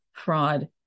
fraud